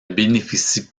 bénéficient